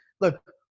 look